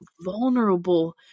vulnerable